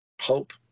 hope